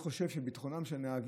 אני חושב שביטחונם של נהגים,